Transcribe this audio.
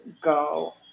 go